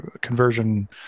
conversion